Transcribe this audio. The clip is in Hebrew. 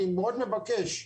אני מאוד מבקש,